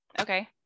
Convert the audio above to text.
Okay